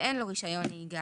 ואין לו רישיון נהיגה,